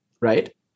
Right